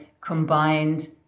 combined